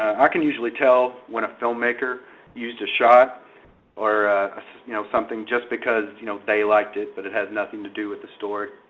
i can usually tell when a filmmaker used a shot or ah you know something just because you know they liked it, but it has nothing to do with the story.